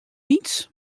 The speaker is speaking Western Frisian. lyts